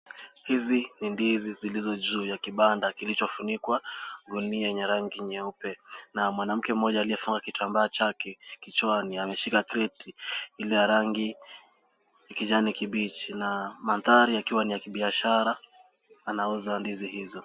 Hizi ni ndizi zilizojuu ya kibanda kilichufunikwa na gunia yenye rangi nyeupe na mwanamke aliyefungaa kitambaa chake kichwani ameshika kreti iliyo ya rangi ya kijani kibichi na madhari ikiwa ni ya kibiashara anauza ndizi hizo.